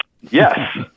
Yes